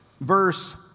verse